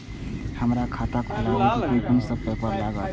हमरा खाता खोलाबई में कुन सब पेपर लागत?